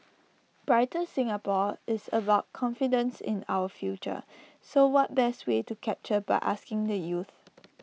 brighter Singapore is about confidence in our future so what best way to capture by asking the youth